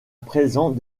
présent